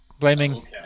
Blaming